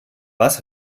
was